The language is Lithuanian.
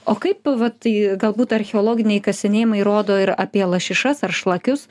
o kaip vat tai galbūt archeologiniai kasinėjimai rodo ir apie lašišas ar šlakius